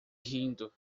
rindo